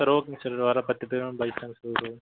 sir ஓகேங்க sir வர பத்து பேரும் பைக்கில் தான் சார் வருவோம்